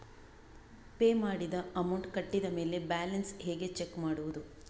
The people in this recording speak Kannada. ಪೇ ಮಾಡಿದ ಅಮೌಂಟ್ ಕಟ್ಟಿದ ಮೇಲೆ ಬ್ಯಾಲೆನ್ಸ್ ಹೇಗೆ ಚೆಕ್ ಮಾಡುವುದು?